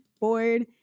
board